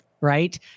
right